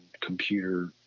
computer